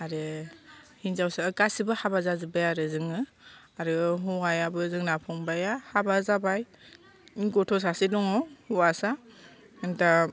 आरो हिनजावसा गासिबो हाबा जाजोब्बाय आरो जोङो आरो हौवायाबो जोंना फंबाइया हाबा जाबाय गथ' सासे जाबाय हौवासा दा